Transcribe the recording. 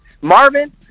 Marvin